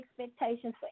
expectations